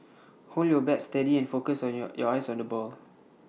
hold your bat steady and focus on your your eyes on the ball